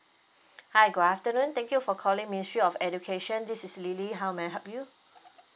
hi good afternoon thank you for calling ministry of education this is lily how may I help you